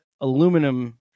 aluminum